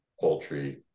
poultry